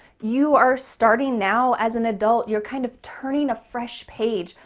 you are starting now as an adult. you're kind of turning a fresh page.